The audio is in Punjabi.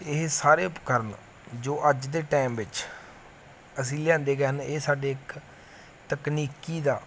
ਇਹ ਸਾਰੇ ਉਪਕਰਨ ਜੋ ਅੱਜ ਦੇ ਟਾਈਮ ਵਿੱਚ ਅਸੀਂ ਲਿਆਉਂਦੇ ਗਏ ਹਨ ਇਹ ਸਾਡੇ ਇੱਕ ਤਕਨੀਕੀ ਦਾ